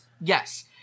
Yes